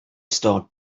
start